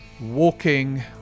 walking